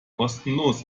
kostenlos